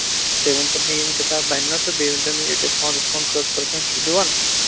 تُہۍ ؤنۍ تَو مےٚ یِم کِتاب بَنہِ نہ تہٕ بیٚیہِ ؤنۍ تو مےٚ یہِ ڈِسکاوُنٛٹ وِسکاوُنٛٹ کٔژ پٔرسَنٛٹ چھُ دِوَان